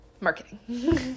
marketing